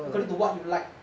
according to what you like